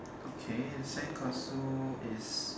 okay sandcastle is